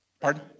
Pardon